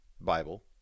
Bible